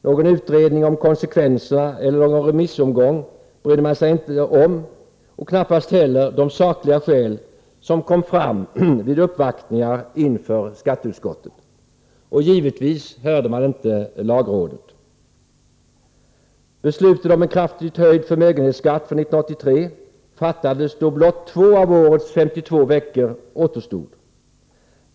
Någon utredning om konsekvenserna eller någon remissomgång brydde man sig inte om och knappast heller de sakliga skäl som kom fram vid uppvaktningar inför skatteutskottet. Givetvis hörde man inte lagrådet. Beslutet om en kraftigt höjd förmögenhetsskatt för 1983 fattades då blott två av årets 52 veckor återstod.